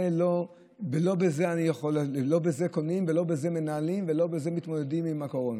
לא בזה קונים ולא בזה מנהלים ולא בזה מתמודדים עם הקורונה.